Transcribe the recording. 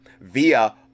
via